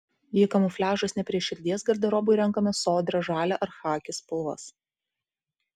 jei kamufliažas ne prie širdies garderobui renkamės sodrią žalią ar chaki spalvas